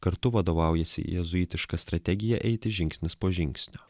kartu vadovaujasi jėzuitiška strategija eiti žingsnis po žingsnio